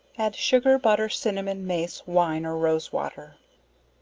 add sugar, butter, cinnamon, mace, wine or rose-water